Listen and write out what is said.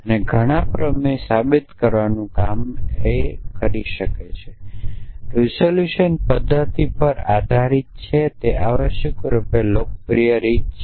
અને ઘણાં પ્રમેય સાબિત કરવાનું કામ આવશ્યકપણે રિઝોલ્યુશન પદ્ધતિ પર આધારિત છે તે આવશ્યક રૂપે તે સૌથી લોકપ્રિય રીત છે